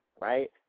right